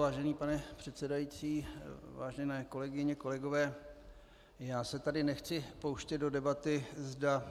Vážený pane předsedající, vážené kolegyně a kolegové, nechci se tu pouštět do debaty, zda